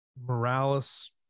Morales